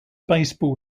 baseball